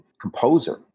composer